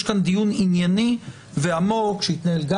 יש כאן דיון ענייני ועמוק שהתנהל גם